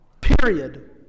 Period